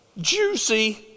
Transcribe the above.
juicy